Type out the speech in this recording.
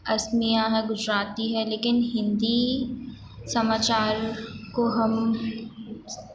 असमिया है गुजराती है लेकिन हिंदी समाचार को हम